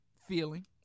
feeling